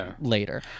later